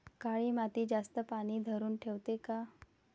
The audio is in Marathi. काळी माती जास्त पानी धरुन ठेवते का?